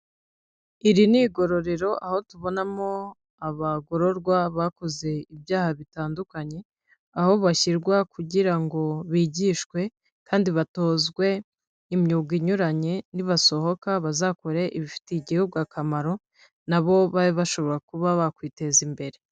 Iri ni igororero, aho tubonamo abagororwa bakoze ibyaha bitandukanye, aho bashyirwa kugira ngo bigishwe kandi batozwe imyuga inyuranye, nibasohoka bazakore ibifitiye igihugu akamaro, nabo babe bashobora kuba bakwiteza imbere.